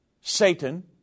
Satan